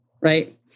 right